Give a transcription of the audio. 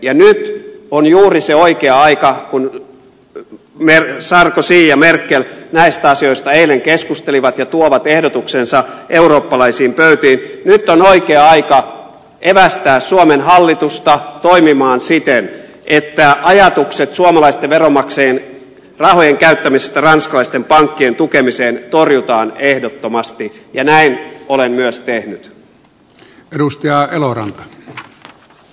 ja nyt on juuri se oikea aika kun sarkozy ja merkel näistä asioista eilen keskustelivat ja tuovat ehdotuksensa eurooppalaisiin pöytiin evästää suomen hallitusta toimimaan siten että ajatukset suomalaisten veronmaksajien rahojen käyttämisestä ranskalaisten pankkien tukemiseen torjutaan ehdottomasti ja näin olen myös tehnyt